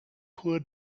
poor